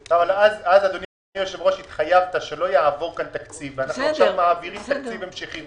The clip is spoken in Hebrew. אבל אז התחייבת שלא יעבור כאן תקציב ואנחנו עכשיו מעבירים תקציב המשכי.